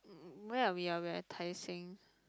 um where are we ah we are at Tai-Seng